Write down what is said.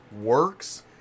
works